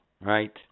right